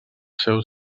seus